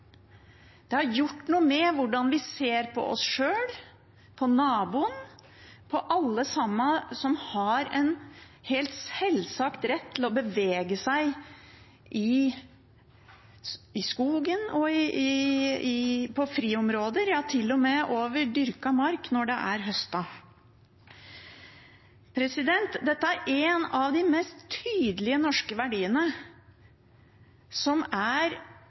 Det har gjort noe med hvordan vi ser på oss sjøl, på naboen, på alle sammen som har en helt sjølsagt rett til å bevege seg i skogen, på friområder, ja til og med over dyrket mark når det er høstet. Dette er en av de mest tydelige norske verdiene, som